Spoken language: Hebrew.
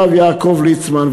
הרב יעקב ליצמן,